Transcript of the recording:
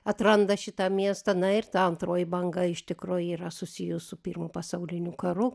atranda šitą miestą na ir ta antroji banga iš tikro yra susijus su pirmu pasauliniu karu